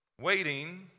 Waiting